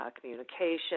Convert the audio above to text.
communication